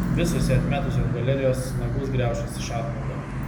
visos ją atmetusios galerijos nagus graušis iš apmaudo